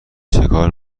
چکار